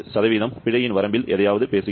09 பிழையின் வரம்பில் எதையாவது பேசுகிறோம்